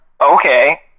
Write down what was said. okay